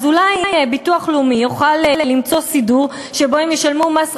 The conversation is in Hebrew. אז אולי הביטוח הלאומי יוכל למצוא סידור שבו הם ישלמו מס רווחה,